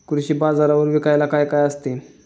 कृषी बाजारावर विकायला काय काय असते?